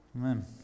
Amen